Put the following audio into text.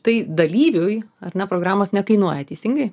tai dalyviui ar ne programos nekainuoja teisingai